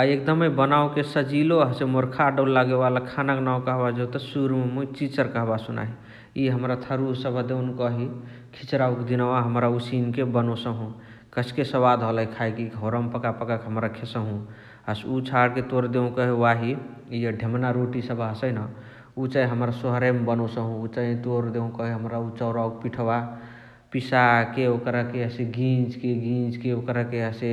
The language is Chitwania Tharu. अ एकदमै बनावोके सजिलो हसे मोर खा डौल लागे वाला खानाक नाउ कहबाही जौत सुरुमा मुइ चिचर कहबासु नाही । इय हमरा थरुवा सबह देहुन कही खिचरावका दिनवा हमरा उसिनके बनोसहु । कस्के सवाद हलही खाइके इय घौरावामा पका पकाके हमरा खेसहु । हसे उअ चाडके तोर देहु कही वाही इय ढेमना रोटी सबहा हसइन उअ चाही हमरा सोहराइमा बनोसहु । उअ चाही तोर देहु कही हमरा चौरावक पिठवा पिसाके ओकरके गिजके गिजके ओकरके हसे